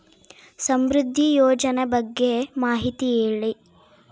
ಸಮೃದ್ಧಿ ಯೋಜನೆ ಬಗ್ಗೆ ಮಾಹಿತಿ ಹೇಳಿ?